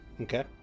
Okay